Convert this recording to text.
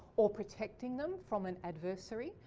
or protecting them from an adversary.